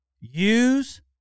use